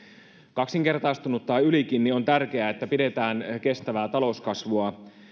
kaksinkertaistunut tai ylikin niin on tärkeää että pidetään kestävää talouskasvua